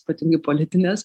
ypatingai politinės